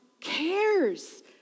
cares